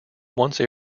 once